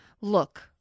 Look